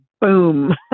boom